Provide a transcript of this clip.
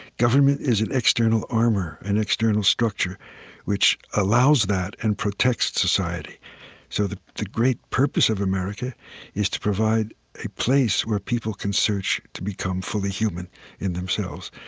government is an external armor, an external structure which allows that and protects society so the the great purpose of america is to provide a place where people can search to become fully human in themselves.